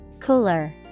Cooler